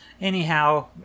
Anyhow